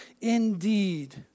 indeed